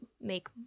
make